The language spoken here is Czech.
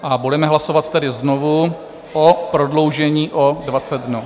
A budeme hlasovat tedy znovu o prodloužení o 20 dnů.